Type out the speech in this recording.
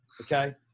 Okay